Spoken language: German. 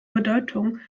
bedeutung